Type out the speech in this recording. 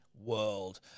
world